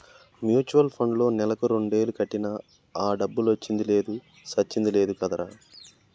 mutual పండ్లో నెలకు రెండేలు కట్టినా ఆ డబ్బులొచ్చింది లేదు సచ్చింది లేదు కదరా